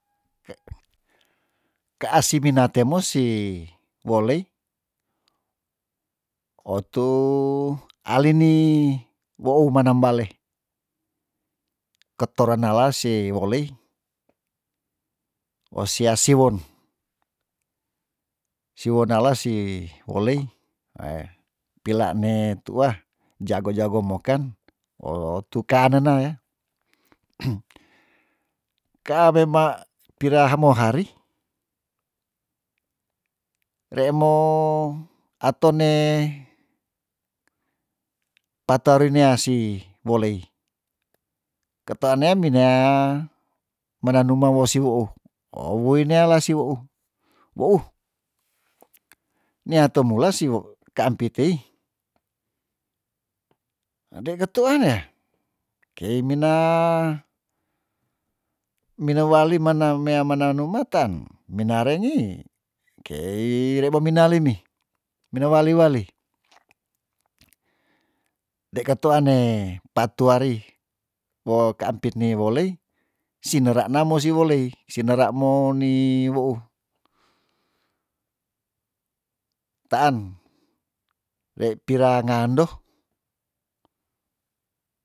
Ke- keasi mina te musi wolei otu alini wou manam bale ketoran nelas se wolei osia siwon siwon nales si olei ei peilaan ne tuah jago jago moken oh tu kane naya kaa mema piraha mohari re mo atone patuari nea si wolei ketea nea mina menanumah wosi wou oh wuyi nea lasi weu weu nia temulas si wo kaampit tei nde ketuan yah kei mina mina wali mana mea menanumaten minarengi kei re me mina lemi mina wali wali de ketuane patuari wo kaampit nei wolei sinera na mo si wolei si nera moni weu taan rei pirangando